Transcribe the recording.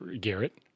Garrett